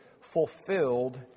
fulfilled